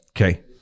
Okay